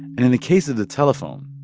and in the case of the telephone,